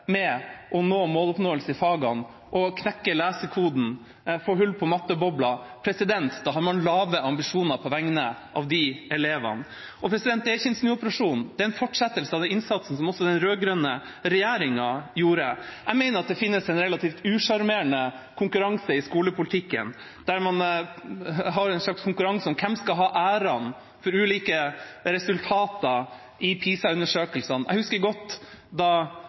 med å nå målene i fagene, knekke lesekoden og få hull på matteboblen, har man lave ambisjoner på vegne av de elevene. Dette er ikke en snuoperasjon. Det er en fortsettelse av den innsatsen som også den rød-grønne regjeringa hadde. Jeg mener at det finnes en relativt usjarmerende konkurranse i skolepolitikken, der man har en slags konkurranse om hvem som skal ha æren for ulike resultater i PISA-undersøkelsene. Jeg husker godt at da